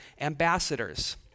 ambassadors